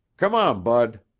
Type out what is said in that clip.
come on, bud.